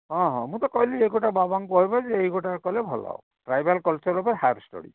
ହଁ ହଁ ମୁଁ ତ କହିଲି ଏଇ କଥା ବାବାଙ୍କୁ କହିବ ଯେ ଏଇ ଗୋଟା କଲେ ଭଲ ଟ୍ରାଇବାଲ୍ କଲ୍ଚର୍ ଉପରେ ହାୟର୍ ଷ୍ଟଡ଼ି